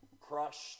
crushed